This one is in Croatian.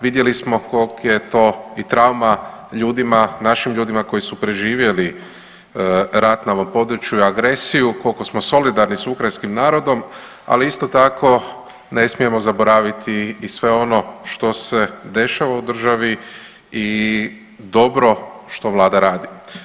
Vidjeli smo koliki je to i trauma ljudima, našim ljudima koji su preživjeli rat na ovom području i agresiju, koliko smo solidarni sa ukrajinskim narodom ali isto tako ne smijemo zaboraviti i sve ono što se dešava u državi i dobro što Vlada radi.